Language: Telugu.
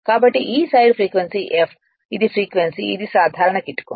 కాబట్టి ఈ సైడ్ ఫ్రీక్వెన్సీ f ఇది ఫ్రీక్వెన్సీ ఇది సాధారణ కిటుకు